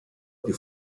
più